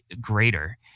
greater